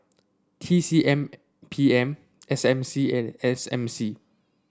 T C M P M S M C and S M C